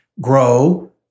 grow